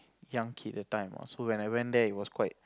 young kid that time ah so when I went there it was quite